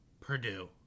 Purdue